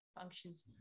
functions